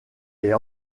est